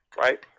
right